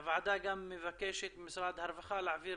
הוועדה גם מבקשת ממשרד הרווחה להעביר